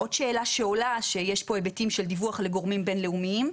עוד שאלה שעולה שיש פה היבטים של דיווח לגורמים בינלאומיים.